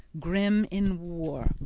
grim in war.